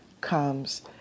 comes